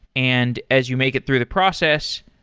and as you make it through the process,